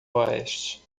oeste